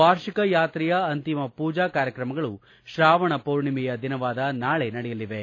ವಾರ್ಷಿಕ ಯಾತ್ರೆಯ ಅಂತಿಮ ಪೂಜಾ ಕಾರ್ಯಕ್ರಮಗಳು ಶ್ರಾವಣ ಪೂರ್ಣಿಮೆಯ ದಿನವಾದ ನಾಳೆ ನಡೆಯಲಿವೆ